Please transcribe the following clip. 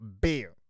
Beer